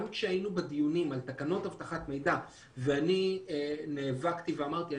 גם כשהיינו בדיונים על תקנות אבטחת מידע ונאבקתי ואמרתי: